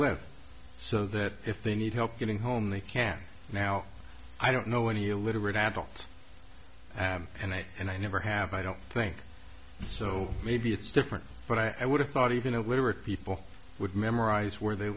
live so that if they need help getting home they can now i don't know any illiterate adults and i and i never have i don't think so maybe it's different but i would have thought even a literate people would memorize where they